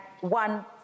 One